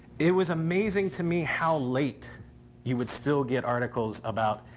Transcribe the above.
it was amazing to me how late you would still get articles about,